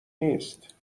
نیست